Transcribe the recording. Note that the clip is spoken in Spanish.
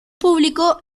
público